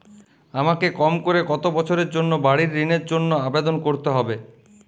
আমাকে কম করে কতো বছরের জন্য বাড়ীর ঋণের জন্য আবেদন করতে হবে?